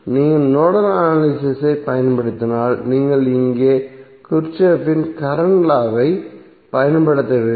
நீங்கள் nodal analysis ஐ பயன்படுத்தினால் நீங்கள் இங்கே கிர்ச்சோப்பின் கரண்ட் லா வைப் Kirchhoff's current law பயன்படுத்த வேண்டும்